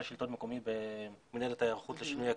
לשלטון מקומי במינהלת ההיערכות לשינויי אקלים,